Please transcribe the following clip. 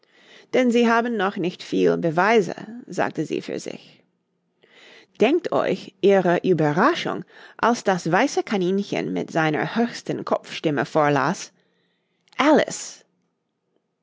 denn sie haben noch nicht viel beweise sagte sie für sich denkt euch ihre ueberraschung als das weiße kaninchen mit seiner höchsten kopfstimme vorlas alice